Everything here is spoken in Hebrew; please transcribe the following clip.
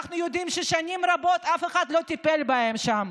אנחנו יודעים ששנים רבות אף אחד לא טיפל בהן שם.